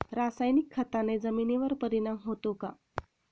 रासायनिक खताने जमिनीवर परिणाम होतो का?